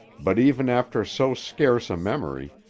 but even after so scarce a memory,